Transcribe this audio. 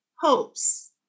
hopes